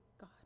God